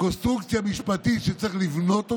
קונסטרוקציה משפטית שצריך לבנות אותה,